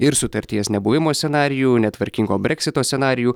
ir sutarties nebuvimo scenarijų netvarkingo breksito scenarijų